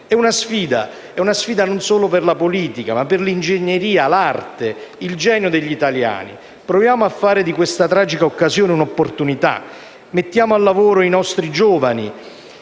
È una sfida, non solo per la politica, ma per l'ingegneria, l'arte, il genio degli italiani. Proviamo a fare di questa tragica occasione una opportunità. Mettiamo al lavoro i nostri giovani.